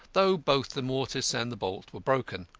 though both the mortice and the bolt were broken.